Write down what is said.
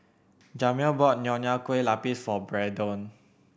Jamir bought Nonya Kueh Lapis for Braedon